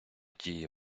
дії